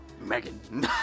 Megan